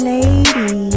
Lady